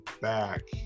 back